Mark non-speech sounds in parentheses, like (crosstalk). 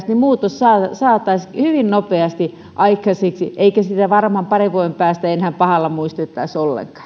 (unintelligible) muutos saataisiin hyvin nopeasti aikaiseksi eikä sitä varmaan parin vuoden päästä enää pahalla muistettaisi